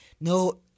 No